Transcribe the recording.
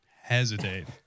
hesitate